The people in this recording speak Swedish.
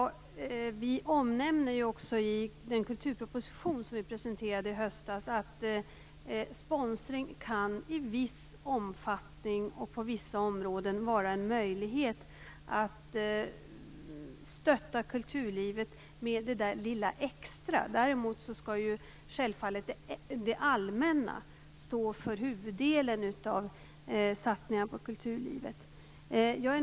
Herr talman! Vi omnämner i den kulturproposition som vi presenterade i höstas att sponsring i viss omfattning och på vissa områden kan vara en möjlighet att stötta kulturlivet med det där lilla extra. Däremot skall självfallet det allmänna stå för huvuddelen av satsningar på kulturlivet.